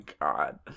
god